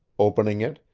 opening it,